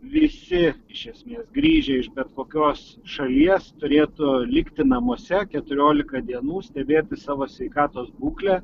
visi iš esmės grįžę iš bet kokios šalies turėtų likti namuose keturiolika dienų stebėti savo sveikatos būklę